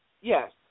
Yes